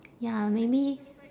ya maybe